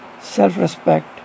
self-respect